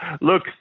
Look